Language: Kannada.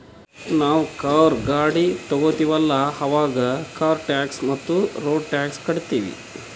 ನಾವ್ ಕಾರ್, ಗಾಡಿ ತೊಗೋತೀವಲ್ಲ, ಅವಾಗ್ ಕಾರ್ ಟ್ಯಾಕ್ಸ್ ಮತ್ತ ರೋಡ್ ಟ್ಯಾಕ್ಸ್ ಕಟ್ಟತೀವಿ